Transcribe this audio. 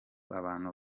abantu